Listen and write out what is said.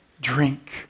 drink